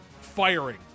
firing